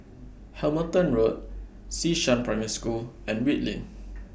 Hamilton Road Xishan Primary School and Whitley